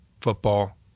football